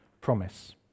promise